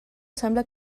sembla